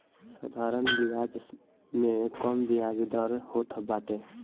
साधारण बियाज में कम बियाज दर होत बाटे